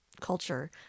culture